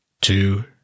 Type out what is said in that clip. two